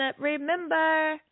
remember